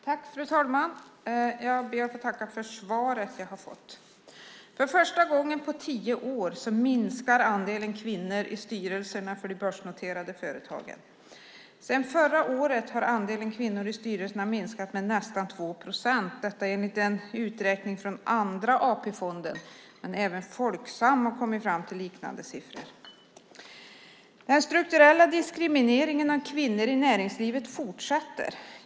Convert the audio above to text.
Fru talman! Jag ber att få tacka för det svar jag har fått. För första gången på tio år minskar andelen kvinnor i styrelserna för de börsnoterade företagen. Sedan förra året har andelen kvinnor i styrelserna minskat med nästan 2 procent, detta enligt en uträkning från Andra AP-fonden. Även Folksam har kommit fram till liknande siffror. Den strukturella diskrimineringen av kvinnor i näringslivet fortsätter.